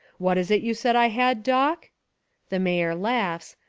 what was it you said i had, doc the mayor laughs,